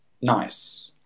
nice